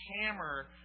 hammer